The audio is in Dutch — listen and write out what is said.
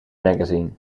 magazine